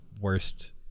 worst